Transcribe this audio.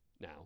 now